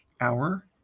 hour